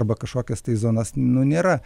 arba kažkokias tai zonas nu nėra